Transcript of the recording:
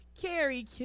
Carrie